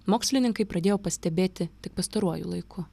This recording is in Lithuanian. mokslininkai pradėjo pastebėti tik pastaruoju laiku